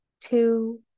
two